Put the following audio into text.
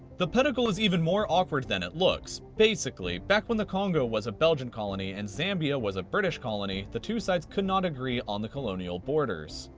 the pedicle is even more awkward than it looks. basically, back when the congo was a belgian colony and zambia was a british colony, the two sides could not agree on the colonial borders.